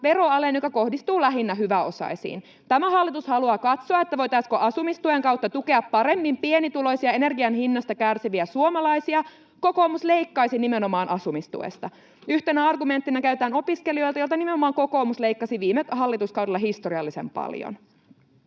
veroalen, joka kohdistuu lähinnä hyväosaisiin. Tämä hallitus haluaa katsoa, voitaisiinko asumistuen kautta tukea paremmin pienituloisia energian hinnasta kärsiviä suomalaisia. Kokoomus leikkaisi nimenomaan asumistuesta. Yhtenä argumenttina käytetään opiskelijoita, joilta nimenomaan kokoomus leikkasi viime hallituskaudella historiallisen paljon.